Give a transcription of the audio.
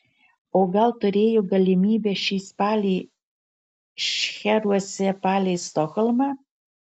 o gal turėjo galimybę šį spalį šcheruose palei stokholmą